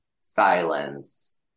silence